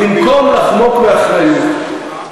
לחלוק באחריות,